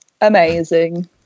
amazing